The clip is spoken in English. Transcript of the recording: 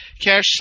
Cash